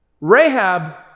Rahab